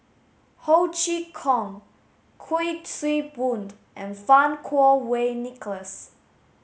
Ho Chee Kong Kuik Swee Boon and Fang Kuo Wei Nicholas